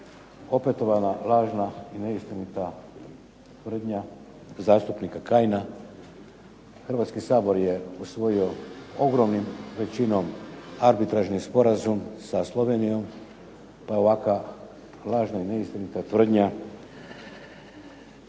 Opetovana lažna i neistinita tvrdnja zastupnika Kajina, Hrvatski sabor je usvojio ogromnom većinom arbitražni sporazum sa Slovenijom pa je ovakva lažna i neistinita tvrdnja